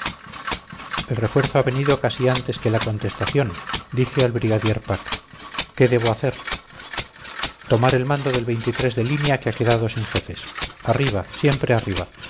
el refuerzo ha venido casi antes que la contestación dije al brigadier pack qué debo hacer tomar el mando del de línea que ha quedado sin jefes arriba siempre arriba